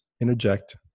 interject